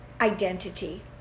identity